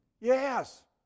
Yes